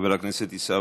חבר הכנסת עיסאווי.